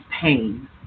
pain